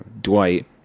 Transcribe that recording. dwight